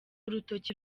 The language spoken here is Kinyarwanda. urutoki